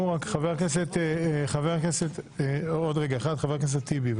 חבר הכנסת אחמד טיבי.